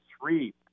three